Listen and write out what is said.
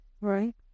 Right